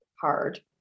hard